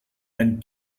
and